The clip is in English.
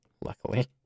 Luckily